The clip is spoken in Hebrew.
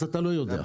אז אתה לא יודע.